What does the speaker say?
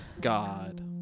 God